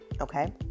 Okay